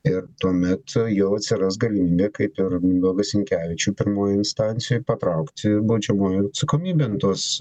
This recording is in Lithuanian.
ir tuomet jau atsiras galimybė kaip ir mindaugą sinkevičių pirmojoj instancijoj patraukti baudžiamojon atsakomybėn tuos